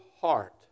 heart